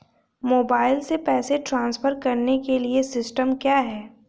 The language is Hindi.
मोबाइल से पैसे ट्रांसफर करने के लिए सिस्टम क्या है?